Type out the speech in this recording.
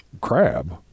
crab